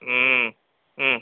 ம் ம்